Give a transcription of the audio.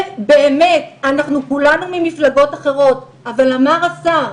באמת, אנחנו כולנו ממפלגות אחרות, אבל אמר השר,